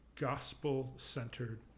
gospel-centered